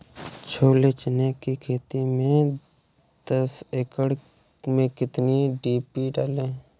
छोले चने की खेती में दस एकड़ में कितनी डी.पी डालें?